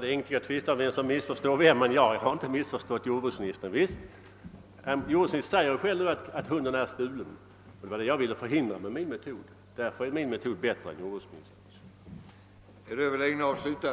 Det är ingenting att tvista om, vem som missförstår vem, men jag har i varje fall inte missförstått jordbruksministern. Han talar om en hund som är stulen och som man vill försöka sälja. Min metod syftar just till att förhindra sådant, och därför är den bättre än jordbruksministerns metod.